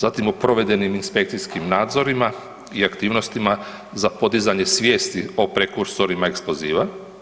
Zatim o provedenim inspekcijskim nadzorima i aktivnostima za podizanje svijesti o prekursorima eksploziva.